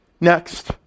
Next